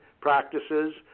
practices